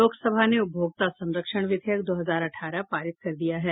लोकसभा ने उपभोक्ता संरक्षण विधेयक दो हजार अठारह पारित कर दिया है